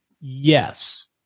Yes